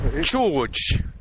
George